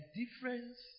difference